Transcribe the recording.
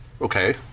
Okay